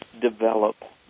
develop